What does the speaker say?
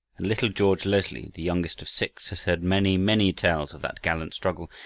and little george leslie, the youngest of six, had heard many, many tales of that gallant struggle,